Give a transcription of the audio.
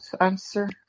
answer